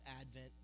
Advent